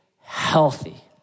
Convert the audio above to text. healthy